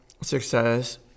success